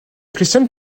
christiane